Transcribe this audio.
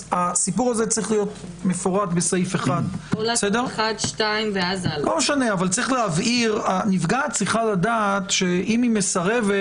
הסיפור הזה צריך להיות מפורט בסעיף 1. הנפגעת צריכה לדעת שאם היא מסרבת,